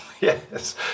Yes